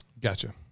Gotcha